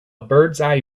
birdseye